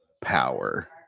power